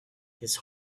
his